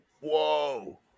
Whoa